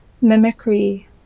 mimicry